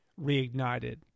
reignited